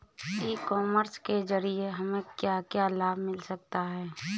ई commerce के ज़रिए हमें क्या क्या लाभ मिल सकता है?